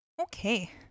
Okay